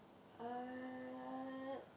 err